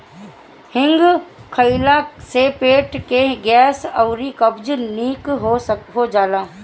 हिंग खइला से पेट के गैस अउरी कब्ज निक हो जाला